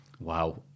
Wow